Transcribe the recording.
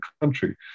country